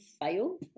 fail